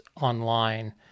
online